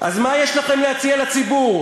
אז מה יש לכם להציע לציבור?